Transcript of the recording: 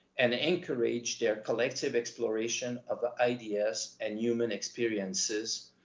and encourage their collective exploration of ah ideas and human experiences,